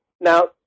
Now